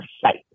sight